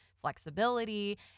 flexibility